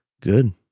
Good